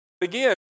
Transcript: Again